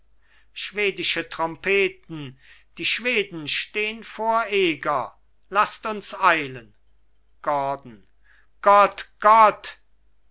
schwedische trompeten die schweden stehn vor eger laßt uns eilen gordon gott gott